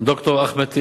ד"ר אחמד טיבי,